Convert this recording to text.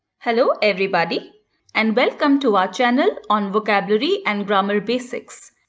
hello everybody and welcome to our channel on vocabulary and grammar basics.